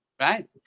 Right